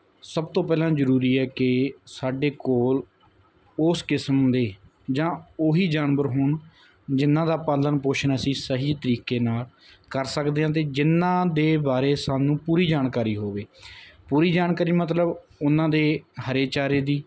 ਸਭ ਤੋਂ ਪਹਿਲਾਂ ਜ਼ਰੂਰੀ ਹੈ ਕਿ ਸਾਡੇ ਕੋਲ ਉਸ ਕਿਸਮ ਦੇ ਜਾਂ ਉਹੀ ਜਾਨਵਰ ਹੋਣ ਜਿਹਨਾਂ ਦਾ ਪਾਲਣ ਪੋਸ਼ਣ ਅਸੀਂ ਸਹੀ ਤਰੀਕੇ ਨਾਲ ਕਰ ਸਕਦੇ ਹਾਂ ਅਤੇ ਜਿਹਨਾਂ ਦੇ ਬਾਰੇ ਸਾਨੂੰ ਪੂਰੀ ਜਾਣਕਾਰੀ ਹੋਵੇ ਪੂਰੀ ਜਾਣਕਾਰੀ ਮਤਲਬ ਉਹਨਾਂ ਦੇ ਹਰੇ ਚਾਰੇ ਦੀ